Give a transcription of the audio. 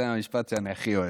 זה המשפט שאני הכי אוהב.